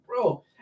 bro